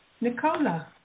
Nicola